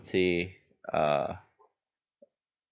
say uh